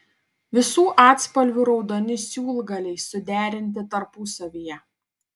visų atspalvių raudoni siūlgaliai suderinti tarpusavyje